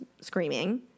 screaming